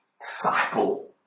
disciple